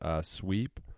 sweep